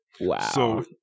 Wow